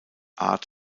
art